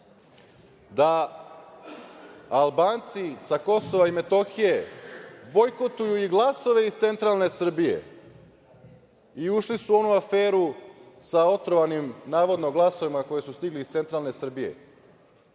da Albanci sa Kosova i Metohije bojkotuju i glasove iz centralne Srbije i ušli su u onu aferu sa otrovanim, navodno, glasovima koji su stigli iz centralne Srbije.